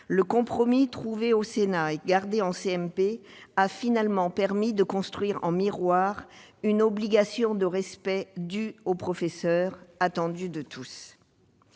Le compromis trouvé au Sénat et conservé en CMP a finalement permis de construire en miroir une obligation de respect due aux professeurs, attendue de tous.